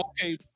okay